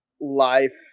life